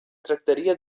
tractaria